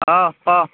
অঁ ক